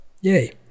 Yay